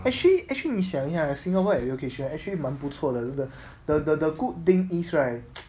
then you also actually actually 你想一下新加坡 education actually 蛮不错那个 the the good thing is right